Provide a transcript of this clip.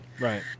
Right